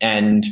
and